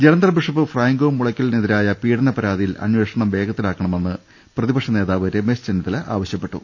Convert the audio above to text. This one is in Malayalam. ജലന്ധർ ബിഷപ്പ് ഫ്രാങ്കോ മുളയ്ക്കലിനെതിരായ പീഡന പരാതി യിൽ അന്വേഷണം വേഗത്തിലാക്കണമെന്ന് പ്രതിപക്ഷ നേതാവ് രമേശ് ചെന്നിത്തല ആവശ്യപ്പെട്ടു